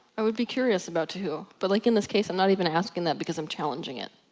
i would be curious about to who, but like in this case i'm not even asking that because i'm challenging it.